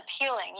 appealing